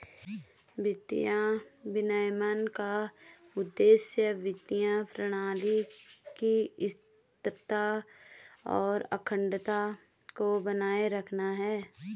वित्तीय विनियमन का उद्देश्य वित्तीय प्रणाली की स्थिरता और अखंडता को बनाए रखना है